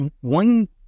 one